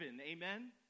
Amen